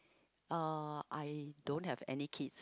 uh I don't have any kids